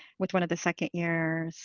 with one of the second year